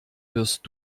wirst